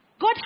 God